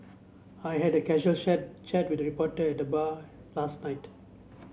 I had a casual chat chat with a reporter at the bar last night